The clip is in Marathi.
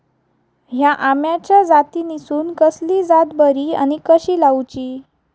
हया आम्याच्या जातीनिसून कसली जात बरी आनी कशी लाऊची?